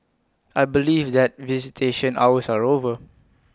I believe that visitation hours are over